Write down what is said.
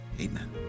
Amen